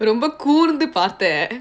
ரொம்பகூர்ந்துபாத்தேன்: romma kurdhu parden